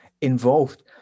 involved